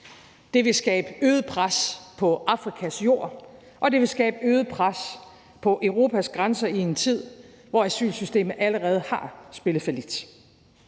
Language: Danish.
Det vil skabe øget pres på Afrikas jord, og det vil skabe øget pres på Europas grænser i en tid, hvor asylsystemet allerede har spillet fallit.